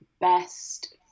Best